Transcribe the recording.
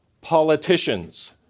politicians